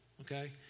okay